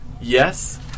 yes